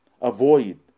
avoid